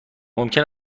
ممکن